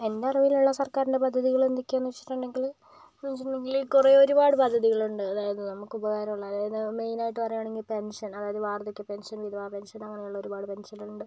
എന്റെ അറിവിലുള്ള സർക്കാരിൻ്റെ പദ്ധതികൾ എന്തൊക്കെയാണെന്ന് വെച്ചിട്ടുണ്ടെങ്കില് വെച്ചിട്ടുണ്ടെങ്കില് കുറെ ഒരുപാട് പദ്ധതികളുണ്ട് അതായത് നമുക്കുപകാരമുള്ള അതായത് മെയിനായിട്ട് പറയുകയാണെങ്കിൽ പെൻഷൻ അതായത് വാർദ്ധക്യ പെൻഷൻ വിധവ പെൻഷൻ അങ്ങനെയുള്ള ഒരുപാട് പെൻഷൻ ഉണ്ട്